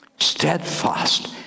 Steadfast